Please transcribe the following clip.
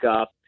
up